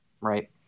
Right